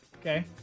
Okay